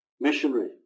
missionary